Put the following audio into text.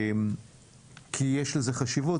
כי יש לזה חשיבות.